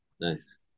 nice